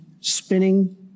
spinning